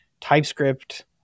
TypeScript